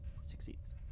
succeeds